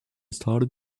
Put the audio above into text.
started